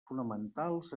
fonamentals